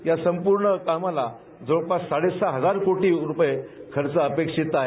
यासंपूर्ण कामाला जवळपास साडेसहा हजार कोटी रुपये खर्च अपेक्षित आहे